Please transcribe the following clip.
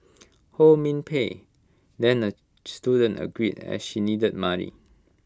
ho min Pei then A student agreed as she needed money